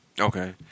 Okay